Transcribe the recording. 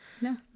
No